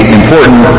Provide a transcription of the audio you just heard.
important